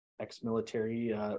ex-military